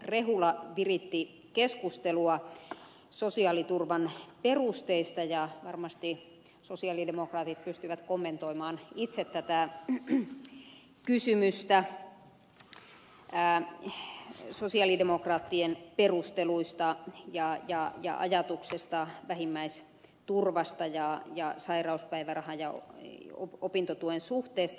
rehula viritti keskustelua sosiaaliturvan perusteista ja varmasti sosialidemokraatit pystyvät kommentoimaan itse tätä kysymystä sosialidemokraattien perusteluista ja ajatuksesta vähimmäisturvasta ja sairauspäivärahan ja opintotuen suhteesta